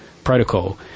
Protocol